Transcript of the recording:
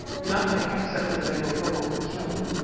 nothing, except that they were probably killed.